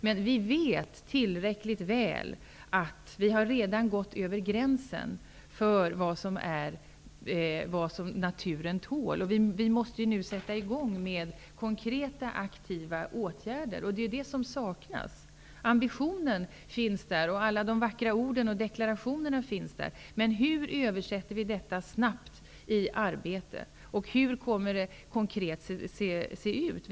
Men vi vet tillräckligt väl att vi redan har gått över gränsen för vad naturen tål. Vi måste nu sätta i gång med konkreta, aktiva åtgärder. Det är det som saknas. Ambitionen finns där, och alla de vackra orden finns. Men hur översätter vi snabbt detta i arbete? Hur kommer det konkret att se ut?